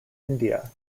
india